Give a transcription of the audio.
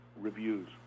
reviews